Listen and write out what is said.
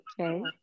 Okay